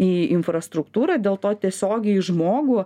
į infrastruktūrą dėl to tiesiogiai į žmogų